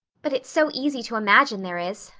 but it's so easy to imagine there is,